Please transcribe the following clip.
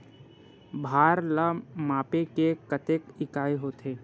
भार ला मापे के कतेक इकाई होथे?